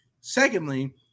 Secondly